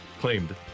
Claimed